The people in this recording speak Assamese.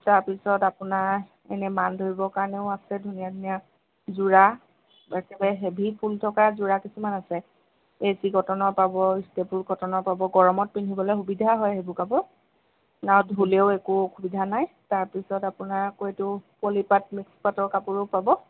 তাৰ পিছত আপোনাৰ এনে মান ধৰিবৰ কাৰণেও আছে ধুনীয়া ধুনীয়া যোৰা একেবাৰে হেভী ফুল থকা যোৰা কিছুমান আছে এচি কটনৰ পাব ষ্টেপুল কটনৰ পাব গৰমত পিন্ধিবলৈ সুবিধা হয় সেইবোৰ কাপোৰ আৰু ধুলেও একো অসুবিধা নাই তাৰ পিছত আপোনাৰ কৈতো পলি পাট মিক্স পাটৰ কাপোৰো পাব